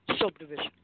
Subdivision